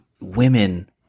women